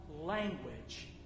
language